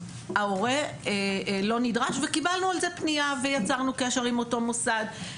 ההורה לא נדרש וקיבלנו על זה פנייה ויצרנו קשר עם אותו מוסד.